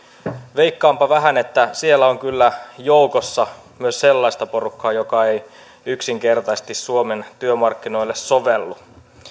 veikkaanpa vähän että siellä on kyllä joukossa myös sellaista porukkaa joka ei yksinkertaisesti suomen työmarkkinoille sovellu